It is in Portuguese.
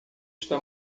está